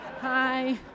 hi